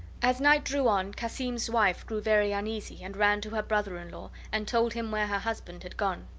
as night drew on cassim's wife grew very uneasy, and ran to her brother-in-law, and told him where her husband had gone.